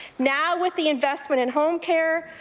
now, with the investment in home care,